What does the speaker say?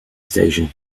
station